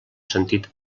sentit